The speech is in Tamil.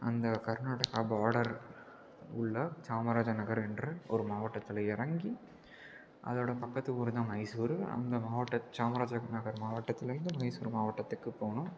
அந்த கர்நாடகா பாடர் உள்ள சாமராஜன் நகர் என்ற ஒரு மாவட்டத்தில் இறங்கி அதோடய பக்கத்து ஊர்தான் மைசூரு அங்கே மாவட்ட சாமராஜன் நகர் மாவட்டத்திலேந்து மைசூர் மாவட்டத்துக்கு போனோம்